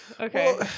okay